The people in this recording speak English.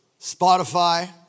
Spotify